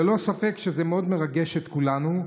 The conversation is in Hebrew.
ללא ספק זה מאוד מרגש את כולנו.